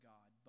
God